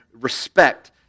respect